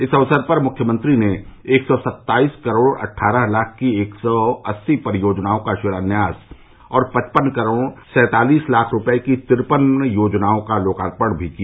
इस अवसर पर मुख्यमंत्री ने एक सौ सत्ताईस करोड़ अट्ठारह लाख की एक सौ अस्सी परियोजनाओं का शिलान्यास और पचपन करोड़ सैंतालिस लाख रूपये की तिरपन योजनाओं का लोकार्पण भी किया